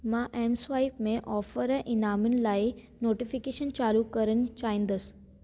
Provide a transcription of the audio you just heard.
मां M swipe में offer ऐं इनामनि लाइ नोटिफिकेशन चालू करण चाहींदसि